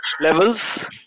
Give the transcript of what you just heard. levels